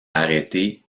arrêté